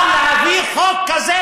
אבל להביא חוק כזה?